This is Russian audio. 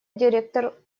директор